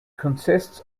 consists